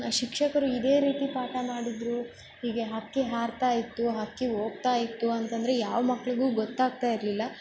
ಶಿಕ್ಷಕರು ಇದೇ ರೀತಿ ಪಾಠ ಮಾಡಿದ್ರು ಹೀಗೆ ಹಕ್ಕಿ ಹಾರ್ತಾಯಿತ್ತು ಹಕ್ಕಿ ಹೋಗ್ತಾಯಿತ್ತು ಅಂತಂದರೆ ಯಾವ ಮಕ್ಕಳಿಗು ಗೊತ್ತಾಗ್ತ ಇರಲಿಲ್ಲ